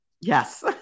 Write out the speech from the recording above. yes